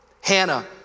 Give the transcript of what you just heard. Hannah